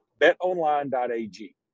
betonline.ag